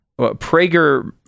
prager